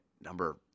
number